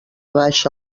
baixa